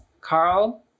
Carl